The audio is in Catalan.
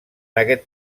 aquest